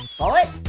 bullet.